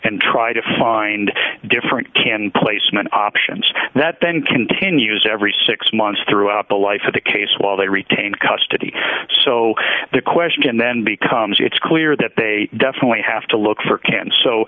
and try to find different can placement options that then continues every six months throughout the life of the case while they retain custody so the question then becomes it's clear that they definitely have to look for can so